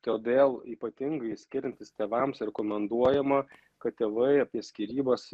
todėl ypatingai skiriantis tėvams rekomenduojama kad tėvai apie skyrybas